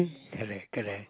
correct correct